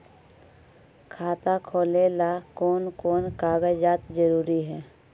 खाता खोलें ला कोन कोन कागजात जरूरी है?